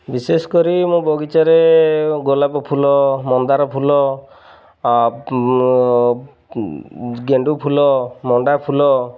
ବିଶେଷ କରି ମୋ ବଗିଚାରେ ଗୋଲାପ ଫୁଲ ମନ୍ଦାର ଫୁଲ ଗେଣ୍ଡୁ ଫୁଲ ମଣ୍ଡା ଫୁଲ